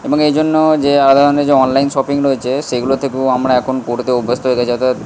এবং এই জন্য যে আলাদা ধরনের যে অনলাইন শপিং রয়েছে সেইগুলো থেকেও আমরা এখন করতে অভ্যস্ত হয়ে গেছি অর্থাৎ